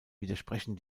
widersprechen